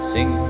Sing